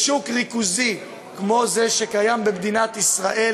בשוק ריכוזי כמו זה שקיים במדינת ישראל,